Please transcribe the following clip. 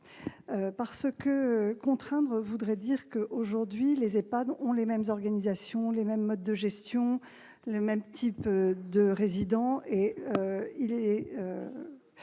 Parce que contraindre voudrait dire que les EHPAD ont aujourd'hui les mêmes organisations, les mêmes modes de gestion, les mêmes types de résidents.